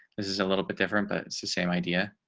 this is a little bit different, but it's the same idea.